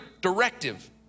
directive